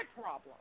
problem